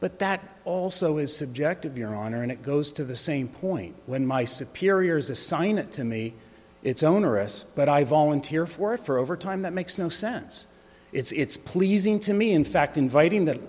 but that also is subjective your honor and it goes to the same point when my superiors assign it to me it's onerous but i volunteer for it for overtime that makes no sense it's pleasing to me in fact inviting that